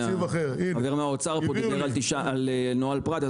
החבר מהאוצר דיבר פה על נוהל פר"ת,